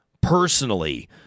personally